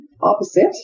opposite